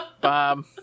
Bob